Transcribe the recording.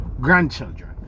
grandchildren